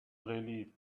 relieved